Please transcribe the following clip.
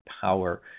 power